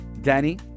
Danny